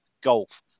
golf